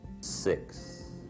Six